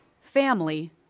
Family